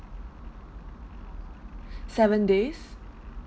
seven days